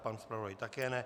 Pan zpravodaj také ne.